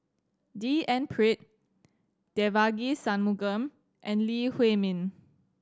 D N Pritt Devagi Sanmugam and Lee Huei Min